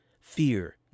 fear